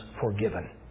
forgiven